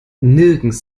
nirgends